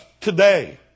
today